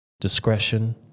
Discretion